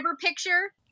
picture